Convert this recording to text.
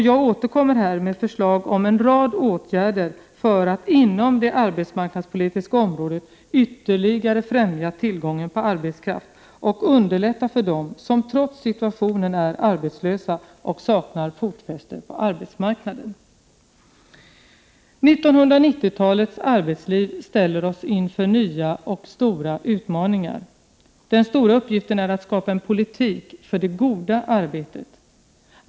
Jag återkommer med förslag till en rad åtgärder för att inom det arbetsmarknadspolitiska området ytterligare främja tillgången på arbetskraft och underlätta för dem som trots situationen är arbetslösa och saknar fotfäste på arbetsmarknaden. 1990-talets arbetsliv ställer oss inför nya och stora utmaningar. Den stora uppgiften är att skapa en politik för det goda arbetet.